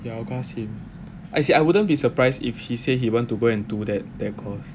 ya cause him as in I wouldn't be surprised if he said he went to go and 读 that that course